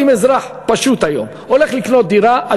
אם אזרח פשוט היום הולך לקנות דירה,